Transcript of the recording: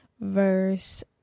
verse